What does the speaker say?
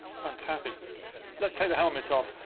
fantastic let's take the helmet off!